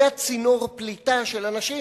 היה צינור פליטה של אנשים.